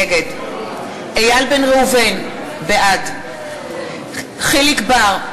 נגד איל בן ראובן, בעד יחיאל חיליק בר,